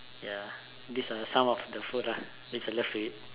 ya these are some of the food ah that I love to eat